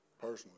personally